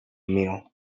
meal